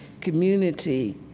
community